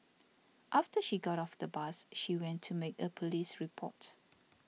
after she got off the bus she went to make a police report